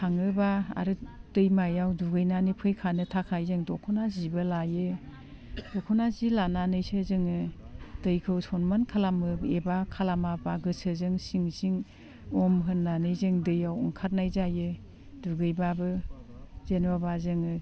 थाङोब्ला आरो दैमायाव दुगैनानै फैखानो थाखाय जोङो दख'ना जिबो लायो दख'ना जि लानानैसो जोङो दैखौ सनमान खालामो एबा खालामाब्ला गोसोजों सिं सिं अम होननानै जों दैयाव ओंखारनाय जायो दुगैब्लाबो जेन'बा जोङो